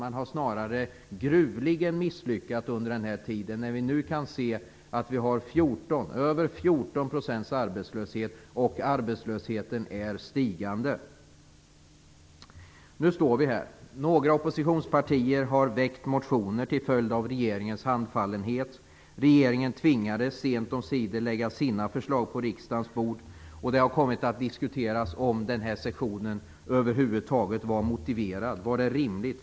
Man har snarare gruvligen misslyckats under den här tiden när vi nu kan se att vi har över 14 % arbetslöshet och att denna är stigande. Nu står vi här. Några oppositionspartier har väckt motioner till följd av regeringens handfallenhet. Regeringen tvingades sent omsider lägga sina förslag på riksdagens bord. Det har kommit att diskuteras om den här sessionen över huvud taget var motiverad. Var den rimlig?